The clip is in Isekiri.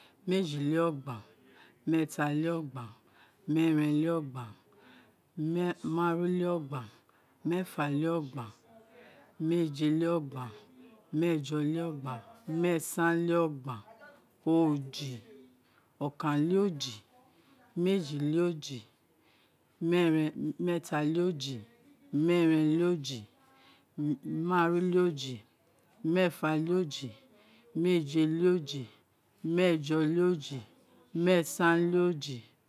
Méeyi-le-ogban, meeta-le-ogban meerem-le-ogban, ma̱aru-le-ogban, mééfa-le-ogban méèje-le-ogban, meejo-le-ogban, meesan-le-ogban, oji okan-le-oji, meji-le-oji, meete-le-oji, meeren-le-oji, maaru-le oji, mèèfa-le-oji, meejẹ́-le-oji meejo-le-oji, méésan-le-oji